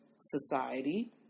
society